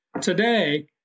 Today